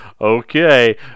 okay